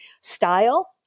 style